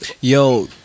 Yo